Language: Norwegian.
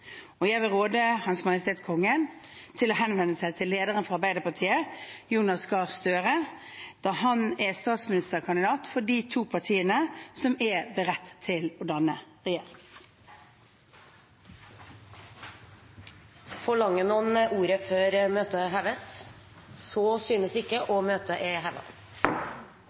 Jeg vil råde Hans Majestet Kongen til å henvende seg til lederen for Arbeiderpartiet, Jonas Gahr Støre, da han er statsministerkandidat for de to partiene som er beredt til å danne regjering. Forlanger noen ordet før møtet heves? – Så synes ikke, og møtet er